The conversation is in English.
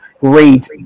great